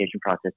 process